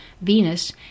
Venus